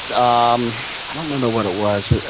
ah um i don't remember what it was,